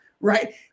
right